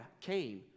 came